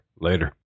Later